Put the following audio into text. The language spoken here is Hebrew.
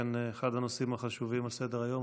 זה אכן אחד הנושאים החשובים על סדר-היום.